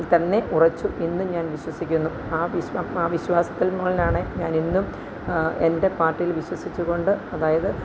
തന്നെ ഉറച്ച് ഇന്നും ഞാൻ വിശ്വസിക്കുന്നു ആ ആ വിശ്വാസത്തിൽ മോളിലാണ് ഞാൻ ഇന്നും എൻ്റെ പാർട്ടിയിൽ വിശ്വസിച്ച് കൊണ്ട് അതായത്